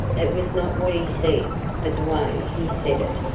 it was not what he said, but the way he said it.